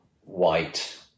white